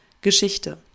Geschichte